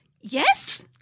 Yes